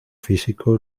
físico